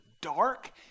dark